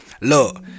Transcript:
Look